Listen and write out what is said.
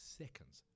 seconds